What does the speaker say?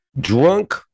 drunk